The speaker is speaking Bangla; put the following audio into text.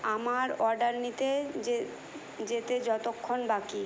আমার অর্ডার নিতে যে যেতে যতক্ষণ বাকি